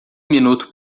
minuto